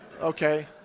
Okay